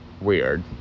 Weird